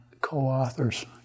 co-authors